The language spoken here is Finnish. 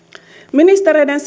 ministereiden